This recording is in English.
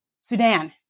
Sudan